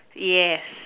yeah